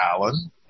alan